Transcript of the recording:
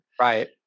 Right